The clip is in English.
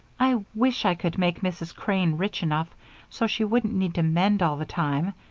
i wish i could make mrs. crane rich enough so she wouldn't need to mend all the time,